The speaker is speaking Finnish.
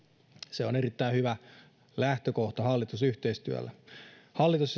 se on erittäin hyvä lähtökohta hallitusyhteistyölle hallitus